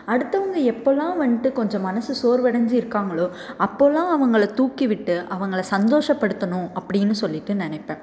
அடுத்தவங்க எப்பெல்லாம் வந்துட்டு கொஞ்சம் மனது சோர்வடைஞ்சி இருக்காங்களோ அப்பெல்லாம் அவங்களை தூக்கி விட்டு அவங்களை சந்தோஷப்படுத்தணும் அப்படின்னு சொல்லிட்டு நினப்பேன்